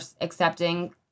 accepting